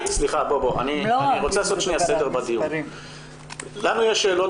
אני רוצה לעשות סדר בדיון: לנו יש שאלות